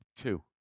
Two